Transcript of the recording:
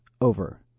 over